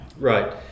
right